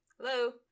Hello